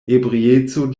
ebrieco